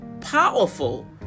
powerful